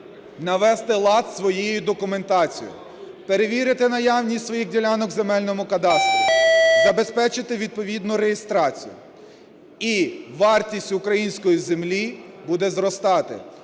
навести лад із своєю документацією, перевірити наявність своїх ділянок у земельному кадастрі, забезпечити відповідно реєстрацію. І вартість української землі буде зростати.